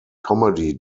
comedy